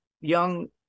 young